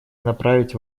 направить